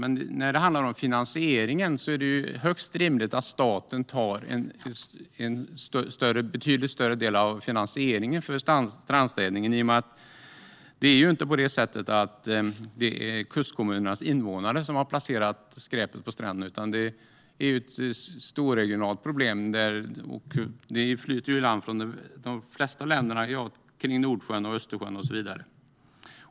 Men det är högst rimligt att staten tar en betydligt större del av finansieringen av strandstädningen, för det är ju inte kustkommunernas invånare som har placerat skräpet på stränderna, utan det är ett internationellt problem. Det flyter ju i land skräp i de flesta länder kring Nordsjön, Östersjön och så vidare.